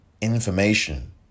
information